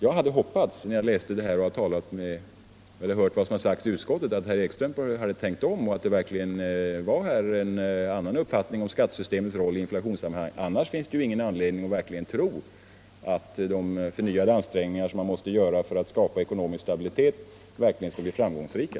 När jag hört vad som sagts i utskottet hoppades jag att herr Ekström hade tänkt om och att han nu hade en annan uppfattning om skattesystemets roll i inflationssammanhang; annars finns det ju ingen anledning tro att de förnyade ansträngningarna för att skapa ekonomisk stabilitet verkligen kommer att bli framgångsrika.